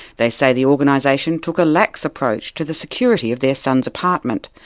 they say the organisation took a lax approach to the security of their son's apartment,